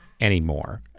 anymore